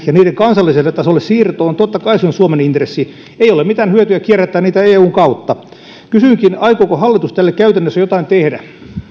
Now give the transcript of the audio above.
ja niiden kansalliselle tasolle siirtoon totta kai se on suomen intressi ei ole mitään hyötyä kierrättää niitä eun kautta kysynkin aikooko hallitus tälle käytännössä jotain tehdä